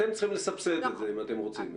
אז אתם צריכים לסבסד את זה אם אתם רוצים את זה.